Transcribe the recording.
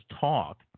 talk